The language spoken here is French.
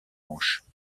hanche